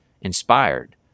inspired